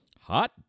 Hot